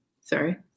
Sorry